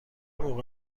موقع